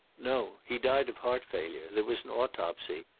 no. he died of heart failure. there was an autopsy.